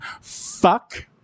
fuck